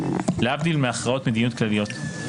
להבדיל מהכרעות מדיניות כלליות.